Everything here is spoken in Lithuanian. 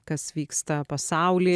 kas vyksta pasauly